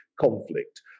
conflict